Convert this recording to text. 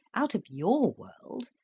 out of your world.